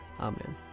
Amen